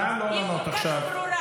נא לא לענות עכשיו.